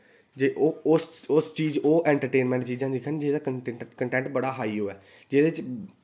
ते ओह् उस उस ओह् चीज ऐन्टरटेनमैंट चीजां दिक्खन जेह्दा कंटैन्ट बड़ा हाई होऐ जेह्दे च